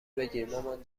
بگیرمامان